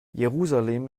jerusalem